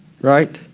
right